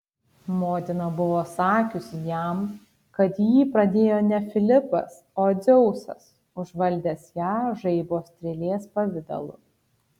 motina buvo sakiusi jam kad jį pradėjo ne filipas o dzeusas užvaldęs ją žaibo strėlės pavidalu